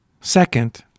Second